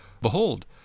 Behold